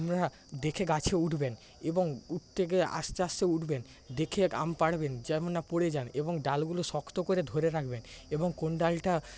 আপনারা দেখে গাছে উঠবেন এবং উঠতে গিয়ে আস্তে আস্তে উঠবেন দেখে আম পারবেন যেন না পরে যান এবং ডালগুলো শক্ত করে ধরে রাখবেন এবং কোন ডালটা